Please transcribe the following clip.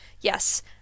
Yes